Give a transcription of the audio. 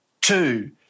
two